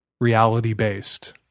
reality-based